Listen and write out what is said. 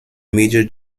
major